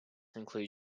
include